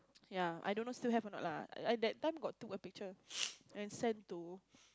yeah I don't know still have or not lah at that time got took a picture and send to